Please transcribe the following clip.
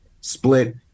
split